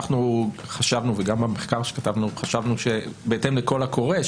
גם במחקר שכתבנו חשבנו שבהתאם לקול הקורא,